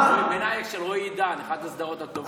מנאייכ של רועי עידן, אחת הסדרות הטובות.